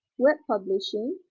web publishing,